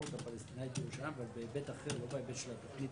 השגרירות הפלסטינית בירושלים אבל בטח לא בהיבט של התכנית